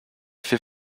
fait